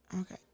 Okay